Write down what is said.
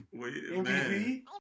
MVP